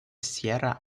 sierra